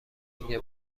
میگه